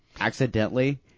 accidentally